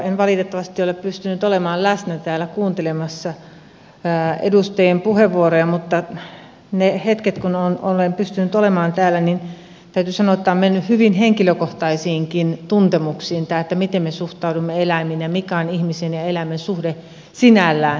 en valitettavasti ole pystynyt olemaan läsnä täällä kuuntelemassa edustajien puheenvuoroja mutta niistä hetkistä kun olen pystynyt olemaan täällä täytyy sanoa että on mennyt hyvin henkilökohtaisiinkin tuntemuksiin tämä miten me suhtaudumme eläimiin ja mikä on ihmisen ja eläimen suhde sinällään